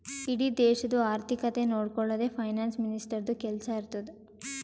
ಇಡೀ ದೇಶದು ಆರ್ಥಿಕತೆ ನೊಡ್ಕೊಳದೆ ಫೈನಾನ್ಸ್ ಮಿನಿಸ್ಟರ್ದು ಕೆಲ್ಸಾ ಇರ್ತುದ್